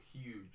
huge